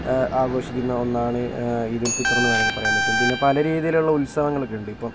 ആഘോഷിക്കുന്ന ഒന്നാണ് ഈദുൽഫിത്തർ എന്ന് വേണമെങ്കിൽ പറയാൻ പറ്റും പിന്നെ പല രീതിയിലുള്ള ഉത്സവങ്ങൾ ഒക്കെയുണ്ട് ഇപ്പോൾ